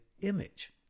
image